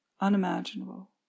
unimaginable